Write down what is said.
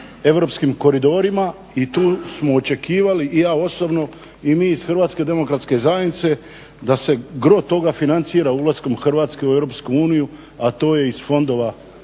europskim koridorima i tu smo očekivali i ja osobno i mi iz Hrvatske demokratske zajednice da se gro toga financira ulaskom Hrvatske u Europsku uniju, a to je iz fondova Europske